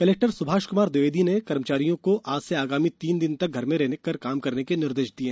collector Subhash Kumar Dwivedi ने कर्मचारियों को आज से आगामी तीन दिन तक घर से ही काम करने के निर्देश दिये